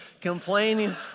Complaining